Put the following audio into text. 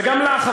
וגם לך,